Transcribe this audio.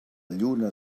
lluna